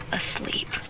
asleep